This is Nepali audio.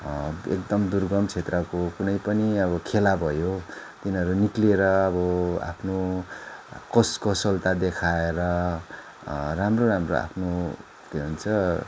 एकदम दुर्गम क्षेत्रको कुनै पनि अब खेला भयो तिनीहरू निस्किएर अब आफ्नो कोश कौशलता देखाएर राम्रो राम्रो आफ्नो के भन्छ